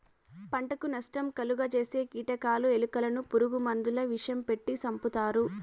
పంటకు నష్టం కలుగ జేసే కీటకాలు, ఎలుకలను పురుగు మందుల విషం పెట్టి సంపుతారు